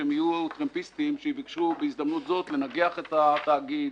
שיהיו טרמפיסטים שיבקשו בהזדמנות זאת לנגח את התאגיד,